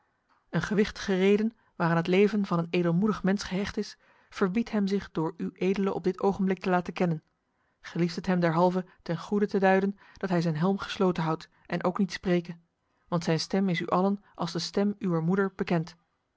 een gewichtige reden waaraan het leven van een edelmoedig mens gehecht is verbiedt hem zich door uedele op dit ogenblik te laten kennen gelieft het hem derhalve ten goede te duiden dat hij zijn helm gesloten houdt en ook niet spreke want zijn stem is u allen als de stem uwer moeder bekend